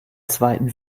zweiten